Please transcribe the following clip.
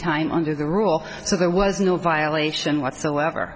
time under the rule so there was no violation whatsoever